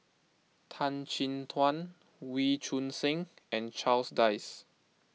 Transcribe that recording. Tan Chin Tuan Wee Choon Seng and Charles Dyce